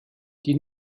die